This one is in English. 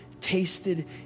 tasted